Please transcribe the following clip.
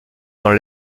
dans